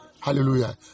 Hallelujah